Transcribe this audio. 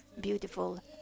beautiful